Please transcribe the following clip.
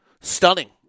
Stunning